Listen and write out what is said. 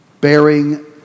Bearing